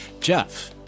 jeff